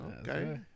okay